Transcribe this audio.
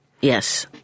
Yes